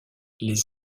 les